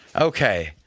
Okay